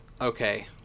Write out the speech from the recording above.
okay